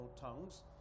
tongues